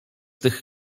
tych